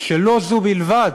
שלא זו בלבד